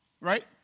right